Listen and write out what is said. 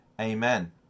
Amen